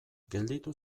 gelditu